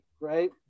right